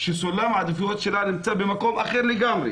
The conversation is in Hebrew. שסולם העדיפויות שלה נמצא במקום אחר לגמרי.